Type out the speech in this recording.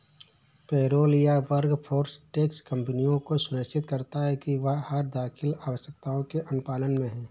payroll या workforce tax कंपनियों को सुनिश्चित करता है कि वह कर दाखिल आवश्यकताओं के अनुपालन में है